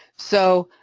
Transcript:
so,